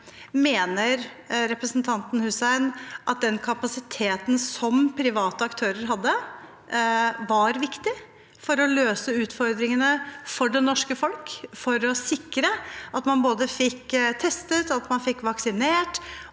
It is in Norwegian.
mener representanten Hussein at den kapasiteten private aktører hadde, var viktig for å løse utfordringene for det norske folk, for å sikre at man fikk testet, at